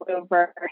over